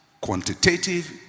Quantitative